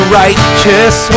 righteous